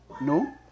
No